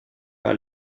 par